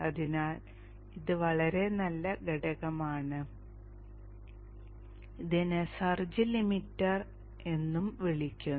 അതിനാൽ ഇത് വളരെ നല്ല ഘടകമാണ് ഇതിനെ സർജ് ലിമിറ്റർ എന്നും വിളിക്കുന്നു